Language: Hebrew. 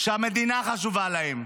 שהמדינה חשובה להם: